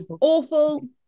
Awful